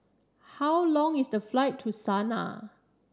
how long is the flight to Sanaa